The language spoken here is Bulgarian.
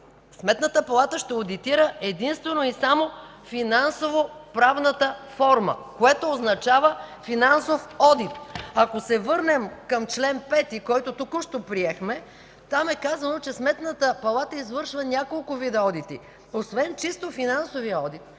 Сметната палата ще одитира единствено и само финансово-правната форма, което означава финансов одит. Ако се върнем към чл. 5, който току-що приехме, там е казано, че Сметната палата извършва няколко вида одити. Освен чисто финансовия одит,